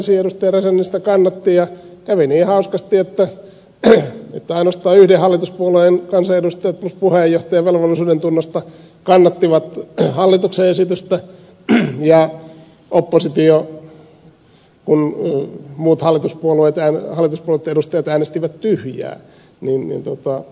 räsänen sitä kannatti ja kävi niin hauskasti että kun ainoastaan yhden hallituspuolueen kansanedustajat plus puheenjohtaja velvollisuudentunnosta kannattivat hallituksen esitystä oppositio äänesti vastaan ja muut hallituspuolueitten edustajat äänestivät tyhjää niin totta